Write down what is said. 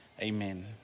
amen